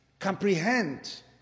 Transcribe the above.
comprehend